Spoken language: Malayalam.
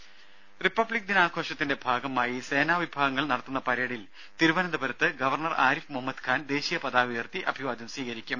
ടെട റിപ്പബ്ലിക്ദിനാഘോഷത്തിന്റെ ഭാഗമായി സേനാ വിഭാഗങ്ങൾ നടത്തുന്ന പരേഡിൽ തിരുവന്തപുരത്ത് ഗവർണർ ആരിഫ് മുഹമ്മദ്ഖാൻ ദേശീയപതാക ഉയർത്തി അഭിവാദ്യം സ്വീകരിക്കും